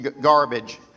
garbage